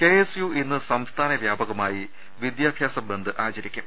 KSU ഇന്ന് സംസ്ഥാന വ്യാപകമായി വിദ്യാഭ്യാസ ബന്ദ് ആചരിക്കും